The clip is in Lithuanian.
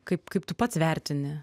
kaip kaip tu pats vertini